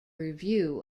review